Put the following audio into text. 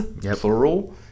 plural